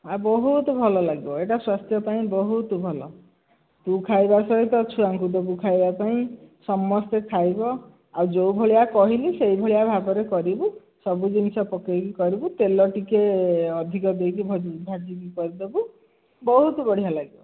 ଆଉ ବହୁତ ଭଲ ଲାଗିବ ଏଇଟା ସ୍ୱାସ୍ଥ୍ୟ ପାଇଁ ବହୁତ ଭଲ ତୁ ଖାଇବା ସହିତ ଛୁଆଙ୍କୁ ଦେବୁ ଖାଇବା ପାଇଁ ସମସ୍ତେ ଖାଇବ ଆଉ ଯେଉଁ ଭଳିଆ କହିଲି ସେହି ଭଳିଆ ଭାବରେ କରିବୁ ସବୁ ଜିନିଷ ପକାଇକି କରିବୁ ତେଲ ଟିକିଏ ଅଧିକ ଦେଇକି ଭାଜିକି କରିଦେବୁ ବହୁତ ବଢ଼ିଆ ଲାଗିବ